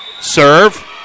Serve